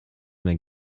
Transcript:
mehr